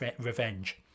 revenge